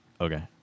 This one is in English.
okay